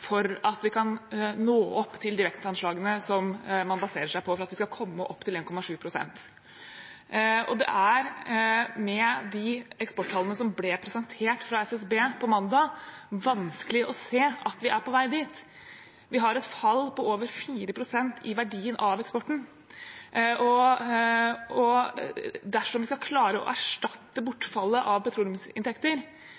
for at vi kan nå opp til direkteanslagene som man baserer seg på for at vi skal komme opp til 1,7 pst., og det er – med de eksporttallene som ble presentert fra SSB på mandag – vanskelig å se at vi er på vei dit. Vi har et fall på over 4 pst. i verdien av eksporten. Dersom vi skal klare å erstatte